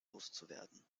loszuwerden